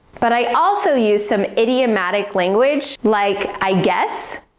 but i also used some idiomatic language, like i guess,